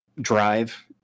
drive